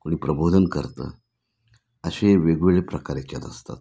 कोणी प्रबोधन करतं असे वेगवेगळे प्रकार येच्यात असतात